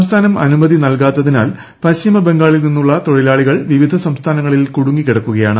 സംസ്ഥാനം അനുമതി നൽകാത്തതിനാൽ പശ്ചിമബംഗാളിൽ നിന്നുള്ള തൊഴിലാളികൾ വിവിധ സംസ്ഥാനങ്ങളിൽ കുടുങ്ങി കിടക്കുകയാണ്